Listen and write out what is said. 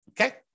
Okay